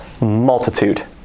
Multitude